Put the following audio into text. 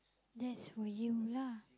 that's for you lah